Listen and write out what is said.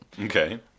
Okay